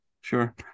sure